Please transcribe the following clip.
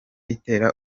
itera